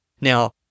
Now